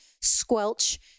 squelch